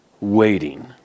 waiting